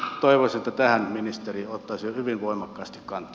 toivoisin että tähän ministeri ottaisi hyvin voimakkaasti kantaa